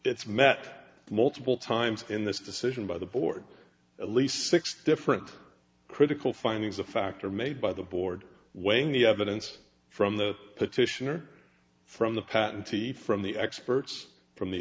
it's met multiple times in this decision by the board at least six different critical findings a factor made by the board weighing the evidence from the petitioner from the patentee from the experts from the